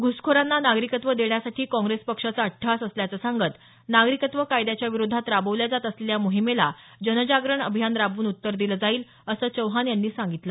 घ्रसखोरांना नागरिकत्व देण्यासाठी काँग्रेस पक्षाचा अट्टहास असल्याचं सांगत नागरिकत्व कायद्याच्या विरोधात राबवल्या जात असलेल्या मोहिमेला जनजागरण अभियान राबवून उत्तर दिलं जाईल असं चौहान यांनी सांगितलं